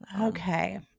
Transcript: Okay